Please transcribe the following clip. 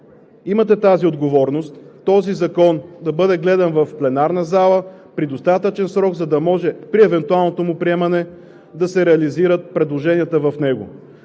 имате тази отговорност този закон да бъде гледан в пленарната зала при достатъчен срок, за да може при евентуалното му приемане да се реализират предложенията в него.